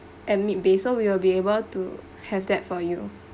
and meat-based so we will be able to have that for you